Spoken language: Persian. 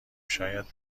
شاید